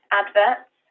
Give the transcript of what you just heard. adverts